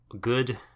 good